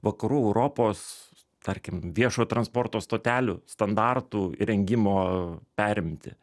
vakarų europos tarkim viešojo transporto stotelių standartų rengimo perimti